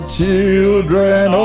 children